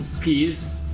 Peas